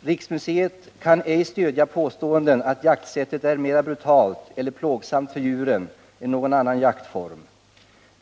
Riksmuseet kan ej stödja påståenden att jaktsättet är mera brutalt eller plågsamt för djuren än någon annan jaktform.